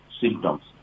symptoms